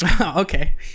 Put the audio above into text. Okay